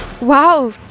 Wow